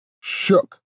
shook